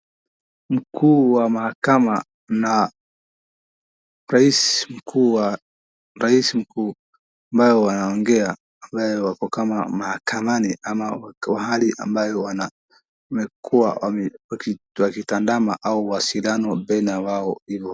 Mkuu wa mahakama na rais mkuu ambao wanaongea, wako kama mahakamani ama wako hali ambayo wanakuwa wakitandama au uwasiliano baina yao hivo.